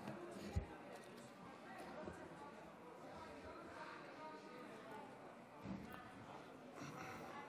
אם כך, להלן תוצאות ההצבעה: בעד,